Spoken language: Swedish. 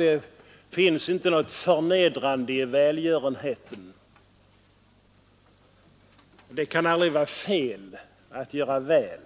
Det finns inte något förnedrande i välgörenhet. Det kan aldrig vara fel att göra väl.